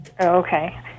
Okay